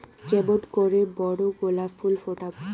কেমন করে বড় গোলাপ ফুল ফোটাব?